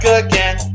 again